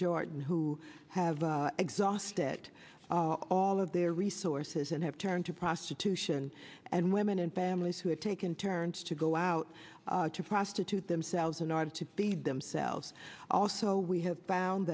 jordan who have exhausted all of their resources and have turned to prostitution and women and families who have taken turns to go out to prostitute themselves in order to feed themselves also we have found